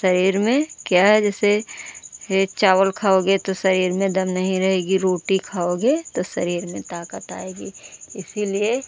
शरीर में क्या है जैसे यह चावल खाओगे तो शरीर में दम नहीं रहेगी रोटी खाओगे तो शरीर में ताकत आएगी इसीलिए